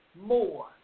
more